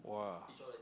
!wah!